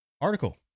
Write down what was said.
article